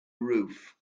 roof